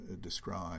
describe